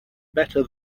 better